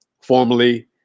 formally